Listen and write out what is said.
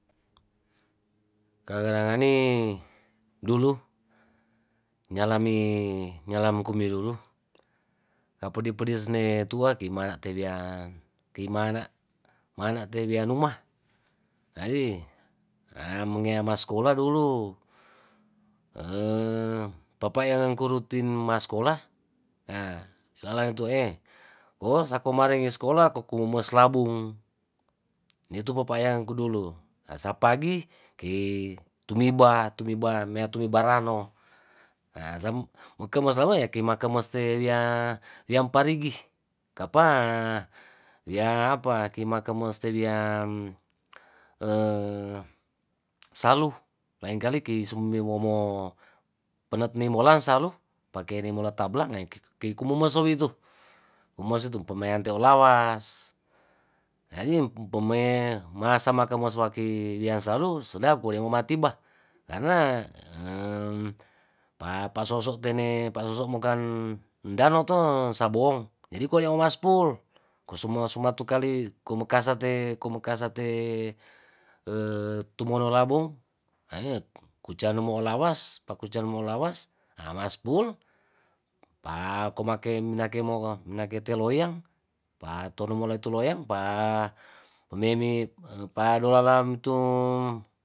kegerangani dulu nyalani nyalam kumbe dulu apedi pedisne tua kima tewian kimana. mana' te wianumah jadi maengea ma skola dulu papa yang kurutin masskola ahh lalang tue ko sakomarenge skola kokumo mo slabung nitu papayangku dulu asa pagi ki tumiba tumiba meatue barano mokeme sawu ya kima kemese wia wiam parigi kapa wia apa kimakemes tewian salu laengkali ki sumiwomo penetniwolang salu pakeni molatabolang ei kei kumumosowitu kumosotu pawayante olawas jadi peme masama kemoku suaki wiansalu seadap komomatiba karna emm pa pasoso tene pasoso mokan ndano to sabong jadi ko dia mo ba spul kosumo sumotukali komekasate komekasa te tumonolabung aee kucano mo olawas pakucan mo olawas haa maaspul pakomake minake mo minake te loyang patonomo itu loyang pa pememi padolalam tum.